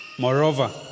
Moreover